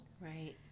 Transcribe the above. Right